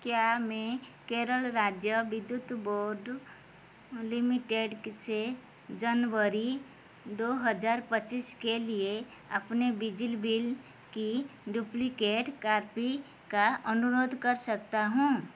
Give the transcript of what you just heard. क्या मैं केरल राज्य विद्युत बोर्ड लिमिटेड क से जनबरी दो हज़ार पच्चीस के लिए अपने बिजली बिल की डुप्लिकेट कापी का अनुरोध कर सकता हूँ